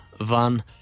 Van